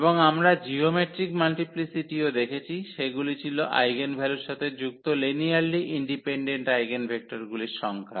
এবং আমরা জিওম্যাট্রিক মাল্টিপ্লিসিটিও দেখেছি সেগুলি ছিল আইগেনভ্যালুর সাথে যুক্ত লিনিয়ারলি ইন্ডিপেন্ডেন্ট আইগেনভেক্টরগুলির সংখ্যা